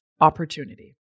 opportunity